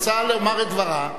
רוצה לומר את דברה,